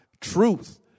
Truth